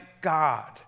God